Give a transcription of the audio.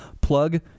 plug